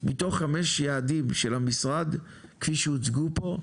מתוך חמישה יעדים של המשרד כפי שהוצגו פה,